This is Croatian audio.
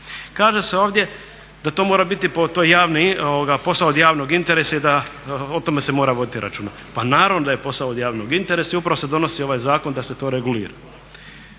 Kaže se ovdje da to mora biti posao od javnog interesa i da o tome se mora voditi računa. Pa naravno da je posao od javnog interesa i upravo se donosi ovaj zakon da se to regulira.